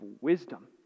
wisdom